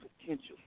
potential